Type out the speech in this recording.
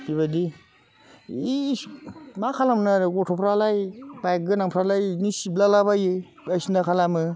बेबायदि इस मा खालामनो आरो गथ'फ्रालाय बाइक गोनांफ्रालाय इदिनो सिब्लालाबायो बायदिसिना खालामो